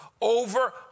over